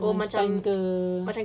cuma macam the